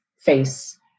face